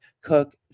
Cook